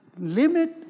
limit